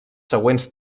següents